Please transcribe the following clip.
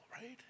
right